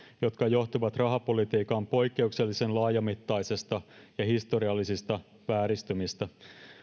jotka johtuvat rahapolitiikan poikkeuksellisen laajamittaisista ja historiallisista vääristymistä